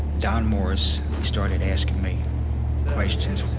don morris started asking me questions.